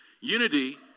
Unity